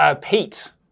Pete